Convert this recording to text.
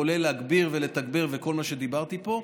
כולל להגביר ולתגבר וכל מה שדיברתי פה.